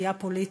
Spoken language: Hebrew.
נטייה פוליטית,